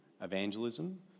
evangelism